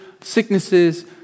sicknesses